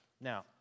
Now